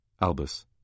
Albus